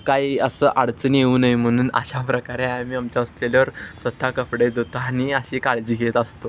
काही असं अडचणी येऊ नये म्हणून अशा प्रकारे आम्ही आमच्या हॉस्टेलवर स्वत कपडे धुतो आणि अशी काळजी घेत असतो